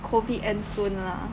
COVID end soon lah